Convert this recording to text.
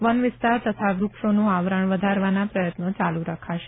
one વિસ્તાર તથા વૃક્ષોનું આવરણ વધારવાના પ્રયત્નો ચાલુ રાખશે